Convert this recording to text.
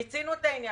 מיצינו את העניין.